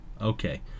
Okay